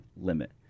limit